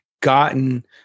gotten